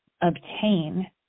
obtain